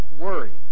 worry